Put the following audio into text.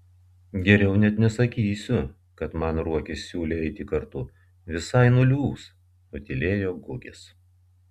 geriau net nesakysiu kad man ruokis siūlė eiti kartu visai nuliūs nutylėjo gugis